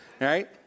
Right